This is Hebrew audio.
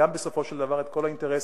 ובסופו של דבר גם את כל האינטרסים